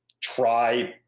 try